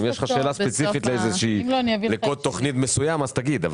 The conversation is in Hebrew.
אם יש לך שאלה ספציפית לגבי קוד תוכנית מסוים אז תגיד.